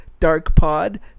DARKPOD